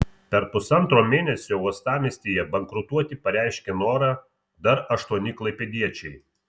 per pusantro mėnesio uostamiestyje bankrutuoti pareiškė norą dar aštuoni klaipėdiečiai